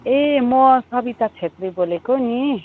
ए म सरिता छेत्री बोलेको नि